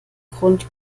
grund